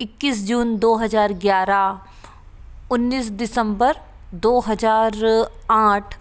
इक्कीस जून दो हजार ग्यारह उन्नीस दिसंबर दो हजार आठ